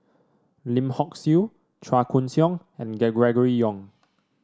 Lim Hock Siew Chua Koon Siong and Gregory Yong